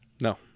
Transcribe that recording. No